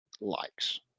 likes